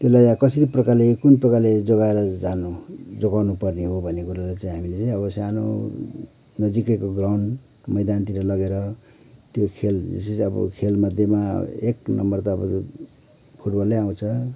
त्यसलाई कसरी प्रकारले कुन प्रकारले जोगाएर जानु जोगाउनु पर्ने हो भन्ने कुरालाई चाहिँ हामीले चाहिँ अब सानो नजिकैको ग्राउन्ड मैदानतिर लगेर त्यो खेल विशेष अब खेलमध्येमा एक नम्बर त अब फुटबल नै आउँछ